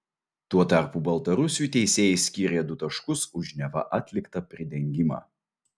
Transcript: tuo tarpu baltarusiui teisėjai skyrė du taškus už neva atliktą pridengimą